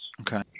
Okay